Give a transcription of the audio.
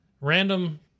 random